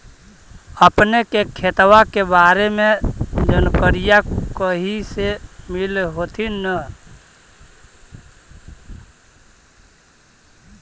अपने के खेतबा के बारे मे जनकरीया कही से मिल होथिं न?